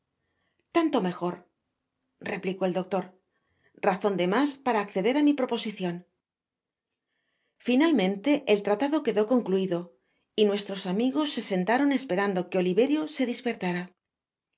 tanto mejor replicó el doctor razon de mas para ac ceder á mi proposición inalmente el tratado quedó concluido y nuestros amigos se sentaron esperando que oliverio se dispertara